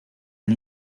han